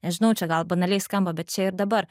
nežinau čia gal banaliai skamba bet čia ir dabar